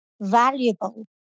valuable